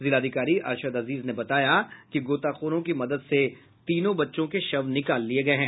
जिलाधिकारी अरशद अजीज ने बताया कि गोताखोरों की मदद से तीनों बच्चों के शव निकाल लिये गये हैं